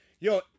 Yo